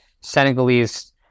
Senegalese